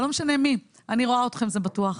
אבל לא משנה מי, אני רואה אתכם, זה בטוח.